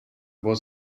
was